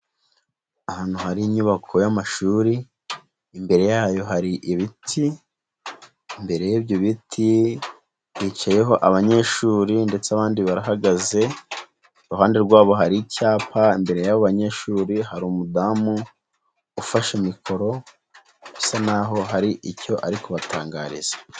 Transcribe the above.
Ahantu hari inyubako y'amashuri, imbere yayo hari ibiti, imbere y'ibyo biti hicayeho abanyeshuri ndetse abandi barahagaze, iruhande rwabo hari icyapa, imbere y'abo banyeshuri hari umudamu ufashe mikoro usa naho hari icyo ari kubatangariza.